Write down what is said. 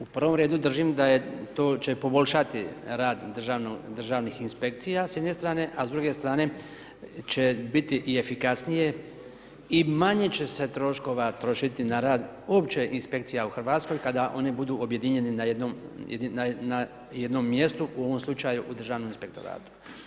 U prvom redu držim da će to poboljšati rad Državnih inspekcija s jedne strane, a s druge strane će biti i efikasnije i manje će se troškova trošiti na rad uopće Inspekcija u RH, kada one budu objedinjene na jednom mjestu, u ovom slučaju u Državnom inspektoratu.